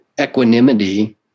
equanimity